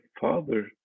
father